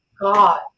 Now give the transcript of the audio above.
god